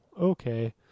Okay